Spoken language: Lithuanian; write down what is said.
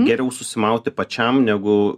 geriau susimauti pačiam negu